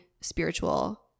spiritual